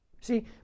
See